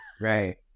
Right